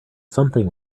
something